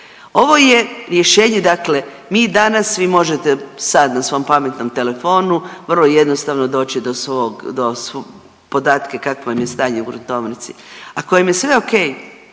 Ovo je rješenje, dakle mi danas vi možete sad na svom pametnom telefonu vrlo jednostavno doći do svog, podatke kakvo vam je stanje u gruntovnici. Ako vam je sve o.k.